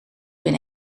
ben